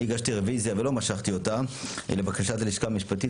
אני הגשתי רוויזיה ולא משכתי אותה לבקשת הלשכה המשפטית,